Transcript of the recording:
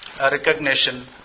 recognition